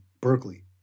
Berkeley